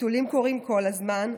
ביטולים קורים כל הזמן,